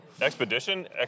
Expedition